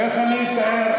איך אני אתאר,